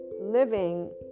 living